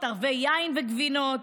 ערבי יין וגבינות.